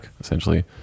essentially